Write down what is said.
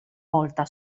volta